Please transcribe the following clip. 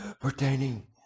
pertaining